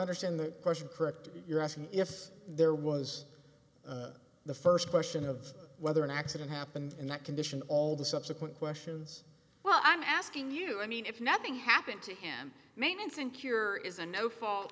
understand the question correctly you're asking if there was the first question of whether an accident happened in that condition all the subsequent questions well i'm asking you i mean if nothing happened to him maintenance and cure is a no fault